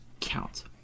count